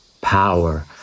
power